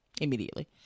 immediately